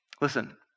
Listen